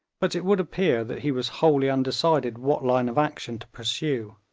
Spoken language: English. but it would appear that he was wholly undecided what line of action to pursue.